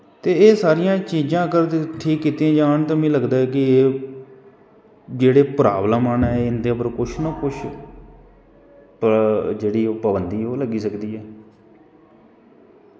ते एह् सारियां चीजां अगर ठीक कीतियां जान ते मिगी लगदा ऐ कि एह् जेह्ड़ी प्रॉवलमां नै इंदे पर कुश न कुश जेह्ड़ा पाबंदी ओह् लग्गी सकदी ऐ